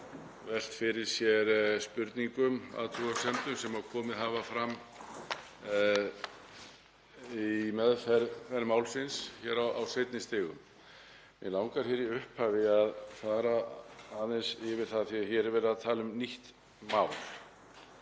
velt fyrir sér spurningum, athugasemdum, sem komið hafa fram í meðferð málsins á seinni stigum. Mig langar í upphafi að fara aðeins yfir það, af því að hér er verið að tala um nýtt mál,